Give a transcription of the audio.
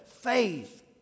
Faith